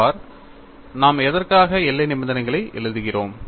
பார் நாம் எதற்காக எல்லை நிபந்தனைகளை எழுதுகிறோம்